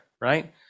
right